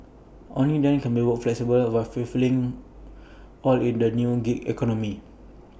only then can work be flexible but fulfilling for all in this new gig economy